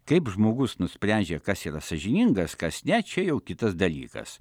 kaip žmogus nusprendžia kas yra sąžiningas kas ne čia jau kitas dalykas